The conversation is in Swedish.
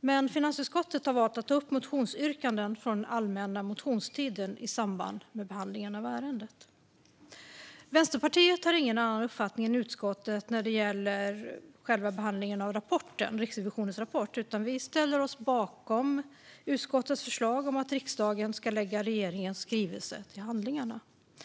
men finansutskottet har valt att ta upp motionsyrkanden från den allmänna motionstiden i samband med behandlingen av ärendet. Vänsterpartiet har ingen annan uppfattning än utskottet när det gäller behandlingen av Riksrevisionens rapport, utan vi ställer oss bakom utskottets förslag om att riksdagen ska lägga regeringens skrivelse till handlingarna.